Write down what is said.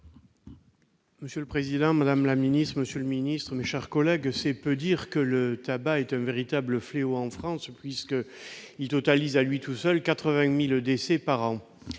Monsieur le président, madame la ministre, monsieur le ministre, mes chers collègues, c'est peu dire que le tabac est un véritable fléau en France, puisqu'il totalise à lui tout seul 80 000 décès par an.